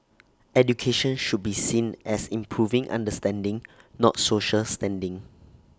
education should be seen as improving understanding not social standing